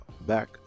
back